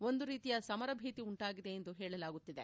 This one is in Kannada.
ಒಂದು ರೀತಿಯ ಸಮರ ಭೀತಿ ಉಂಟಾಗಿದೆ ಎಂದು ಹೇಳಲಾಗುತ್ತಿದೆ